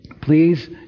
please